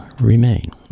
remain